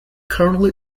currently